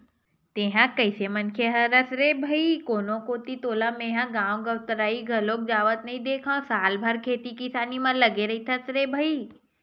तेंहा कइसे मनखे हरस रे भई कोनो कोती तोला मेंहा गांव गवतरई घलोक जावत नइ देंखव साल भर खेती किसानी म लगे रहिथस का रे भई?